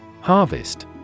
Harvest